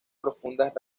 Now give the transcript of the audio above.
profundas